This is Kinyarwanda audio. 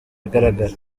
igaragara